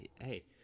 hey